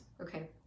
Okay